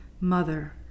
Mother